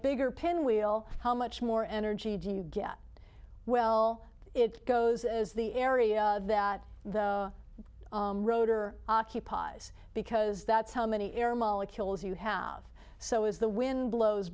bigger pinwheel how much more energy do you get well it goes as the area that the rotor occupies because that's how many air molecules you have so as the wind blows